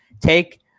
take